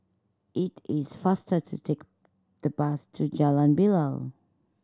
it is faster to take the bus to Jalan Bilal